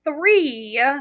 three